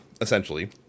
essentially